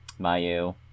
Mayu